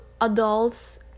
adults